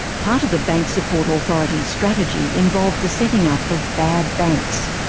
part of the bank support authority's strategy involved the setting up of bad banks.